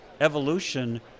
evolution